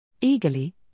Eagerly